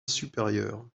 supérieur